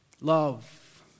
love